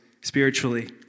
spiritually